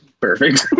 perfect